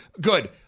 Good